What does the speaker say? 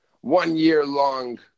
one-year-long